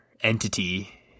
entity